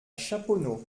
chaponost